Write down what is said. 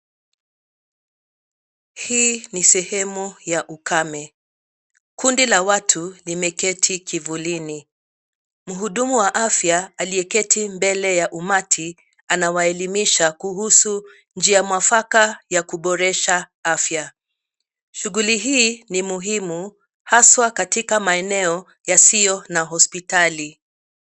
Hii ni sehemu ya ukame, kundi la watu limeketi kivulini. Mhudumu wa afya aliyeketi mbele ya ummati anawaelimisha kuhusu njia mwafaka ya kuboresha afya. Shughuli hii ni muhimu hasa katika maeneo yasiyo na hospitali.